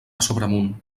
sobremunt